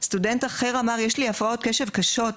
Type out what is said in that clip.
סטודנט אחר אמר יש לי הפרעות קשב קשות,